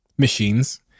machines